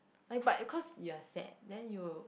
like but you cause you are sad then you